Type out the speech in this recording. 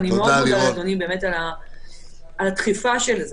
אני מאוד מודה על הדחיפה של זה,